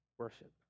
worship